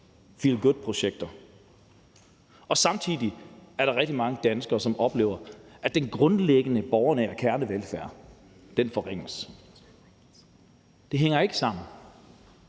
feel good-projekter, men samtidig er der rigtig mange danskere, som oplever, at den grundlæggende, borgernære kernevelfærd forringes. Det hænger ikke sammen,